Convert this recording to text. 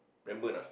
remember a not